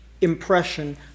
impression